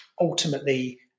ultimately